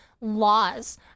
laws